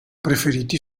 preferiti